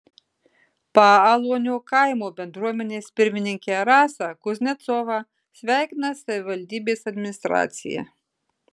paaluonio kaimo bendruomenės pirmininkę rasą kuznecovą sveikina savivaldybės administracija